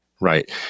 Right